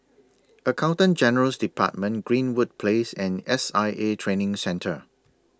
Accountant General's department Greenwood Place and S I A Training Centre